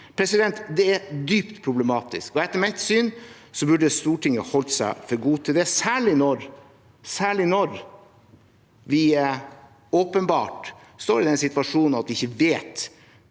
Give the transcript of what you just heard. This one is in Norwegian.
vitenskapen. Det er dypt problematisk. Etter mitt syn burde Stortinget holdt seg for god til det, særlig når vi åpenbart står i den situasjonen at vi ikke